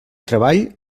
treball